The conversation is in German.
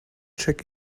check